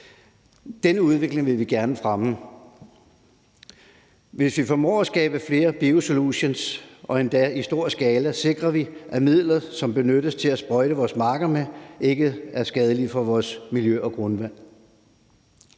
Den udvikling vil vi gerne fremme. Hvis vi formår at skabe flere biosolutions – og endda i stor skala – sikrer vi, at midler, som benyttes til at sprøjte vores marker med, ikke er skadelige for vores miljø og grundvand.